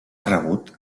rebut